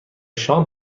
شام